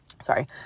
sorry